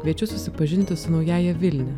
kviečiu susipažinti su naująja vilnia